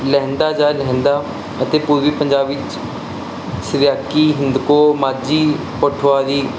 ਲਹਿੰਦਾ ਜਾ ਲਹਿਦਾ ਅਤੇ ਪੂਰਬੀ ਪੰਜਾਬ ਵਿੱਚ ਸਰਿਆਕੀ ਹਿੰਦ ਕੋ ਮਾਝੀ ਪੋਠੋਹਾਰੀ